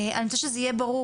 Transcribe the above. שיהיה ברור,